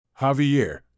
Javier